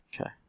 okay